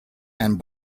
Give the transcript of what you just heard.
and